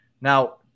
Now